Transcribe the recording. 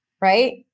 right